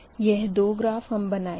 यह दो ग्राफ़ हम बनाएँगे